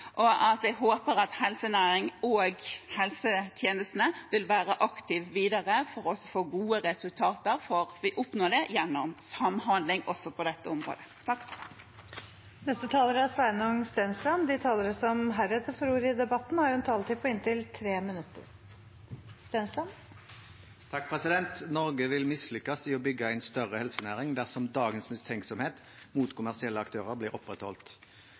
legemiddelverk. Avslutningsvis: Jeg tror vi har et godt utgangspunkt alt i alt, og jeg håper helsenæringen og helsetjenestene videre vil være aktive for å få gode resultater. Vi oppnår det gjennom samhandling også på dette området. De talere som heretter får ordet, har en taletid på inntil 3 minutter. Norge vil mislykkes i å bygge en større helsenæring dersom dagens mistenksomhet mot kommersielle aktører blir opprettholdt.